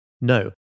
No